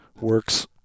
works